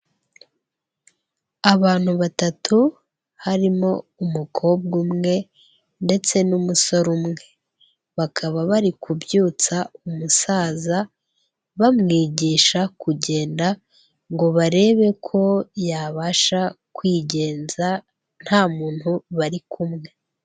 Abantu batatu harimo umukobwa umwe ndetse n'umusaza, bakaba bari kubyutsa umusaza, bamwigisha kugenda ngo barebe ko yabasha kwigenza.